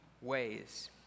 ways